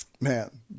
man